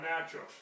natural